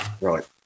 Right